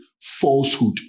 falsehood